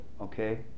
okay